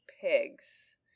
pigs